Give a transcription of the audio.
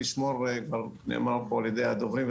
לשמור כבר נאמר פה על ידי הדוברים,